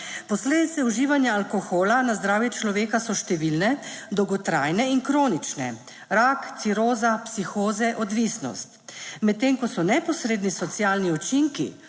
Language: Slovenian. Posledice uživanja alkohola na zdravje človeka so številne: dolgotrajne in kronične rak, ciroza, psihoze, odvisnost, medtem ko so neposredni socialni učinki